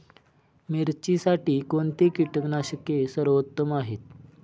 मिरचीसाठी कोणते कीटकनाशके सर्वोत्तम आहे?